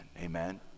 Amen